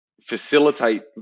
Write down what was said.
facilitate